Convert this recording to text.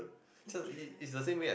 is different